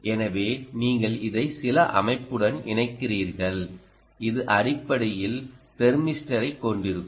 எனவே நீங்கள் இதை சில அமைப்புடன் இணைக்கிறீர்கள் இது அடிப்படையில் தெர்மிஸ்டரைக் கொண்டிருக்கும்